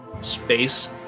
space